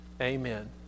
amen